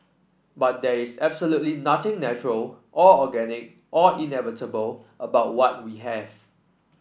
but there is absolutely nothing natural or organic or inevitable about what we have